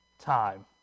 time